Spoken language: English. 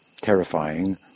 terrifying